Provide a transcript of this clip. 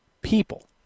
people